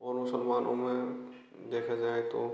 और मुसलमानों में देखा जाए तो